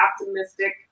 optimistic